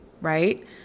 right